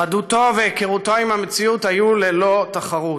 חדותו והיכרותו עם המציאות הן ללא תחרות.